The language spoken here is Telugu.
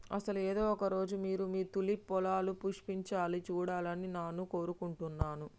అసలు ఏదో ఒక రోజు మీరు మీ తూలిప్ పొలాలు పుష్పించాలా సూడాలని నాను కోరుకుంటున్నాను